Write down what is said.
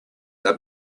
are